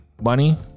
money